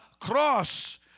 cross